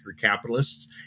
capitalists